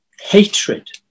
hatred